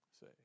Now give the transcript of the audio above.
Say